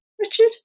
richard